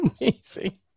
amazing